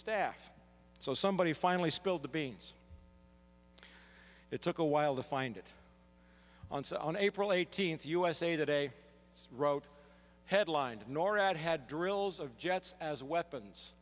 staff so somebody finally spilled the beans it took a while to find it on set on april eighteenth usa today wrote headlined norad had drills of jets as weapons